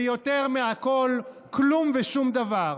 ויותר מכול, כלום ושום דבר.